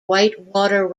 whitewater